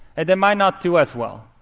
and they might not do us well,